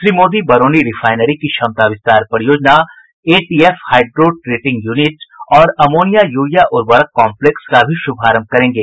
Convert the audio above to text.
Shri Modi Barauni refinery की क्षमता विस्तार परियोजना एटीएफ हाइड्रोट्रिटिंग यूनिट और अमोनिया यूरिया उर्वरक कॉम्प्लेक्स का भी शुभारंभ करेंगे